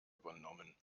übernommen